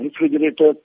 refrigerator